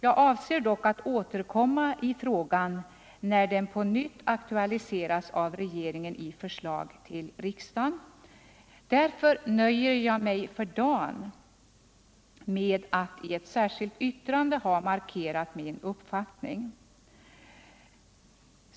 Jag avser dock att återkomma i frågan när den på nytt aktualiseras av regeringen i förslag till riksdagen. Därför nöjer jag mig för dagen med att i ett särskilt yttrande ha markerat min uppfattning.